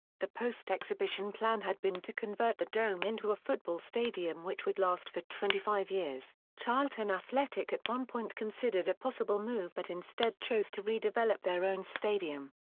the post-exhibition plan had been to convert the dome into a football stadium which would last for twenty five years charlton athletic at one point considered a possible move but instead chose to redevelop their own stadium.